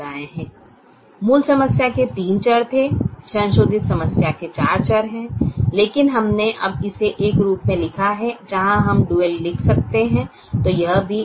मूल समस्या के तीन चर थे संशोधित समस्या के चार चर हैं लेकिन हमने अब इसे एक रूप में लिखा है जहां हम डुअल लिख सकते हैं